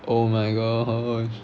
oh my gosh